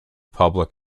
public